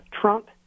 Trump